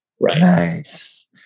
Nice